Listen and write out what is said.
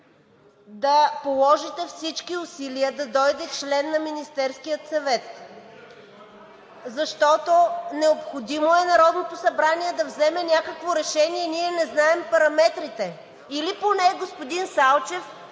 да положите всички усилия да дойде член на Министерския съвет, защото е необходимо Народното събрание да вземе някакво решение, а ние не знаем параметрите. Поне господин Салчев